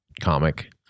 comic